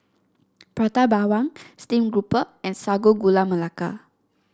Prata Bawang Steamed Grouper and Sago Gula Melaka